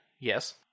Yes